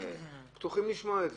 פתוחים לשמוע,